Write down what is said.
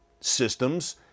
systems